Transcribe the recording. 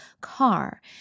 car